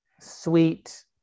sweet